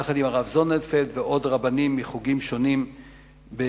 יחד עם הרב זוננפלד ועוד רבנים מחוגים שונים בישראל,